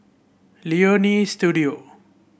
Leonie Studio